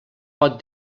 pot